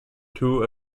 two